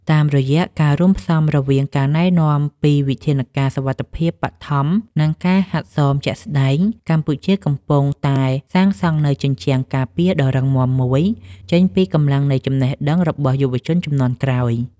តាមរយៈការរួមផ្សំរវាងការណែនាំពីវិធានការសុវត្ថិភាពបឋម និងការហាត់សមជាក់ស្ដែង កម្ពុជាកំពុងតែសាងសង់នូវជញ្ជាំងការពារដ៏រឹងមាំមួយ ចេញពីកម្លាំងនៃចំណេះដឹងរបស់យុវជនជំនាន់ក្រោយ។